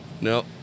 No